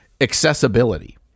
accessibility